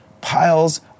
piles